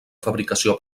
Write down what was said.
fabricació